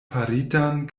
faritan